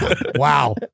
Wow